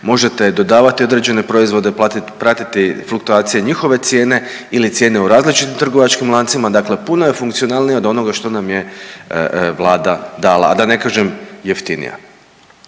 možete dodavati određene proizvode, pratiti fluktuacije njihove cijene ili cijene u različitim trgovačkim lancima, dakle puno je funkcionalnija od onoga što nam je Vlada dala, a da ne kažem, jeftinija.